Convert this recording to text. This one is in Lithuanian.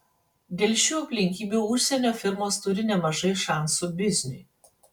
dėl šių aplinkybių užsienio firmos turi nemažai šansų bizniui